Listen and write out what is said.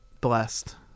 blessed